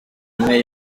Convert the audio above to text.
imwe